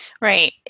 Right